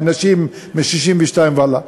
ונשים מ-62 והלאה,